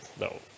no